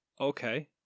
Okay